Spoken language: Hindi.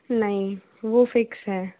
नहीं वो फ़िक्स है